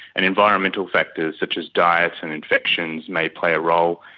and environmental factors such as diet and infections may play a role.